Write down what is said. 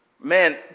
man